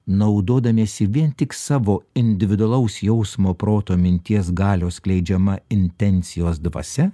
naudodamiesi vien tik savo individualaus jausmo proto minties galios skleidžiama intencijos dvasia